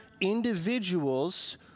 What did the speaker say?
individuals